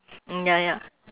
mm ya ya